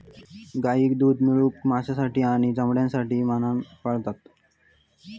गाईक दूध मिळवूक, मांसासाठी आणि चामड्यासाठी म्हणान पाळतत